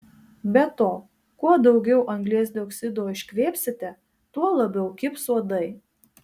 be to kuo daugiau anglies dioksido iškvėpsite tuo labiau kibs uodai